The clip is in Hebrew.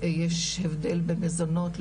יש הבדל בין מזונות,